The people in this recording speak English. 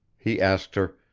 he asked her